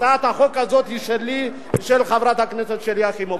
הצעת החוק הזאת היא שלי ושל חברת הכנסת שלי יחימוביץ.